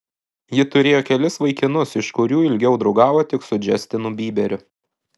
ji turėjo kelis vaikinus iš kurių ilgiau draugavo tik su džastinu byberiu